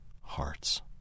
hearts